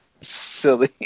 silly